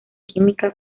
química